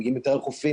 מגיעים יותר לחופים,